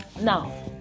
Now